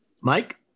mike